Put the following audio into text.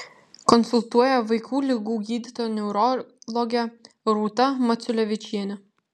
konsultuoja vaikų ligų gydytoja neurologė rūta maciulevičienė